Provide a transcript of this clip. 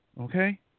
okay